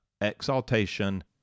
Exaltation